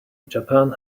japan